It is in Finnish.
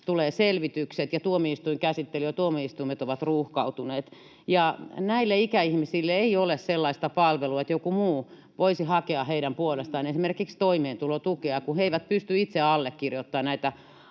tulee selvitykset ja tuomioistuinkäsittely, ja tuomioistuimet ovat ruuhkautuneet. Näille ikäihmisille ei ole sellaista palvelua, että joku muu voisi hakea heidän puolestaan esimerkiksi toimeentulotukea, kun he eivät pysty itse allekirjoittamaan näitä